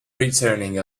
returning